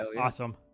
Awesome